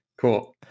Cool